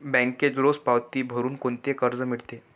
बँकेत रोज पावती भरुन कोणते कर्ज मिळते का?